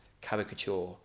caricature